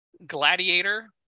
Gladiator